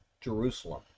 Jerusalem